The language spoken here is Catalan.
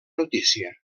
notícia